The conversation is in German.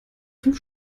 fünf